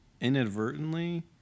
inadvertently